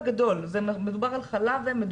מדובר על חלב אם,